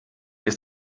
ist